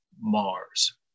Mars